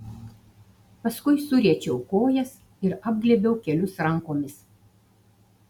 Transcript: paskui suriečiau kojas ir apglėbiau kelius rankomis